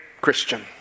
Christian